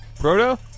Proto